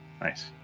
Nice